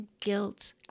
guilt